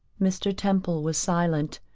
mr. temple was silent.